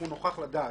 אם הוא נוכח לדעת